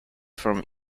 from